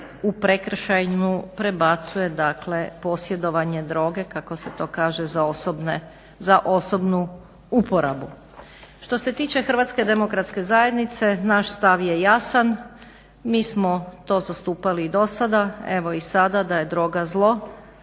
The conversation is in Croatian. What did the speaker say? u prekršajnu prebacuje dakle posjedovanje droge kako se to kaže za osobnu uporabu. Što se tiče HDZ-a naš stav je jasan, mi smo to zastupali i do sada evo i sada da je droga zlo,